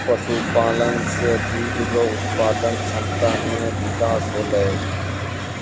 पशुपालन से दुध रो उत्पादन क्षमता मे बिकास होलै